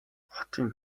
хотын